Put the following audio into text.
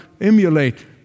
emulate